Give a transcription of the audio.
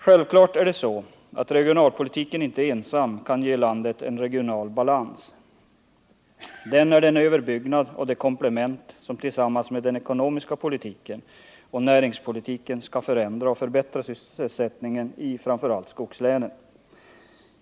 Självfallet kan regionalpolitiken inte ensam ge landet en regional balans. Den är den överbyggnad och det komplement som tillsammans med den ekonomiska politiken och näringspolitiken skall förändra och förbättra sysselsättningen i framför allt skogslänen.